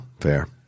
Fair